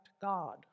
God